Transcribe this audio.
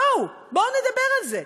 בואו, בואו נדבר על זה.